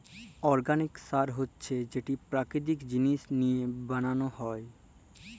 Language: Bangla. অর্গ্যালিক সার হছে যেট পেরাকিতিক জিনিস লিঁয়ে বেলাল হ্যয়